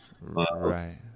Right